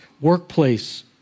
workplace